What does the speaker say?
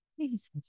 Jesus